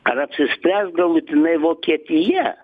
ar apsispręs galutinai vokietija